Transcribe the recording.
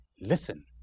listen